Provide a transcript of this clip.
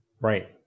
Right